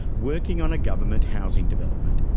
working on a government housing development.